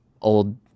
old